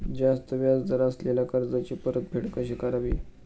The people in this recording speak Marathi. जास्त व्याज दर असलेल्या कर्जाची परतफेड कशी करावी?